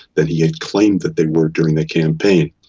than he had claimed that they were during the campaign.